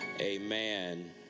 amen